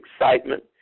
excitement